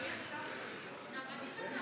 גם אני חתמתי.